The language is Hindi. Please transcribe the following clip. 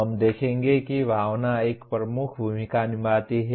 हम देखेंगे कि भावना एक प्रमुख भूमिका निभाती है